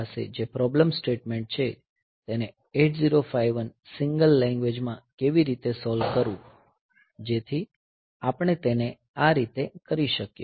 તો આ આપણી પાસે જે પ્રોબ્લેમ સ્ટેટમેન્ટ છે તેને 8051 સિંગલ લેંગ્વેજ માં કેવી રીતે સોલ્વ કરવું જેથી આપણે તેને આ રીતે કરી શકીએ